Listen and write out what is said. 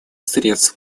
средств